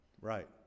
Right